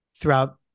throughout